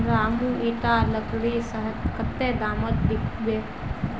रामू इटा लकड़ी शहरत कत्ते दामोत बिकबे